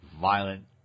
violent